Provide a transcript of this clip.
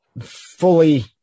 Fully